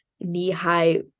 knee-high